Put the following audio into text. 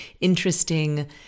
interesting